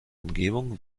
umgebung